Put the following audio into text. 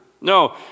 No